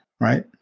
right